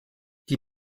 die